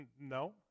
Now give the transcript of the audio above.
No